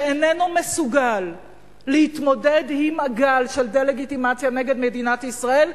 שאיננו מסוגל להתמודד עם הגל של דה-לגיטימציה נגד מדינת ישראל,